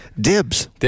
dibs